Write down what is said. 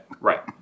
right